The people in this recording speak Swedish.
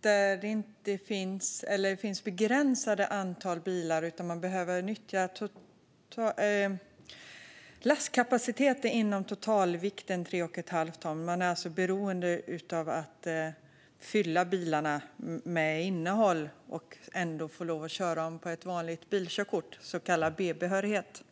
där det finns ett begränsat antal bilar och man behöver nyttja lastkapaciteten inom totalvikten 3 1⁄2 ton. Man är alltså beroende av att fylla bilarna med innehåll och ändå få köra dem med ett vanligt bilkörkort, så kallad B-behörighet.